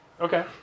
Okay